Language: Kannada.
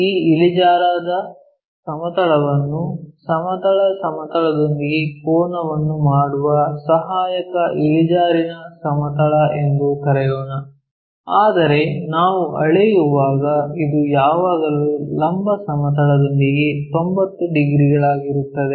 ಈ ಇಳಿಜಾರಾದ ಸಮತಲವನ್ನು ಸಮತಲ ಸಮತಲದೊಂದಿಗೆ ಕೋನವನ್ನು ಮಾಡುವ ಸಹಾಯಕ ಇಳಿಜಾರಿನ ಸಮತಲ ಎಂದು ಕರೆಯೋಣ ಆದರೆ ನಾವು ಅಳೆಯುವಾಗ ಇದು ಯಾವಾಗಲೂ ಲಂಬ ಸಮತಲದೊಂದಿಗೆ 90 ಡಿಗ್ರಿಗಳಾಗಿರುತ್ತದೆ